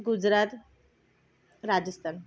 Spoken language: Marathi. गुजरात राजस्थान